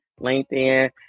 LinkedIn